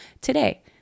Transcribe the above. today